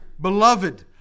Beloved